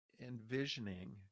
envisioning